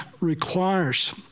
requires